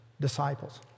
disciples